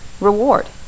reward